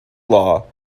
law